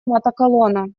мотоколонна